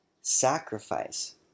sacrifice